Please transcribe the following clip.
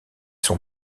son